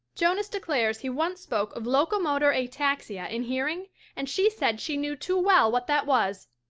jonas declares he once spoke of locomotor ataxia in hearing and she said she knew too well what that was.